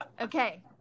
okay